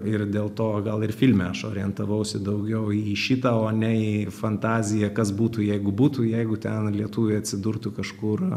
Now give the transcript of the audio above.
ir dėl to gal ir filme aš orientavausi daugiau į šitą o ne į fantaziją kas būtų jeigu būtų jeigu ten lietuviai atsidurtų kažkur